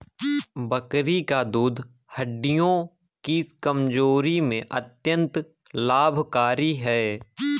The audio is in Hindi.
बकरी का दूध हड्डियों की कमजोरी में अत्यंत लाभकारी है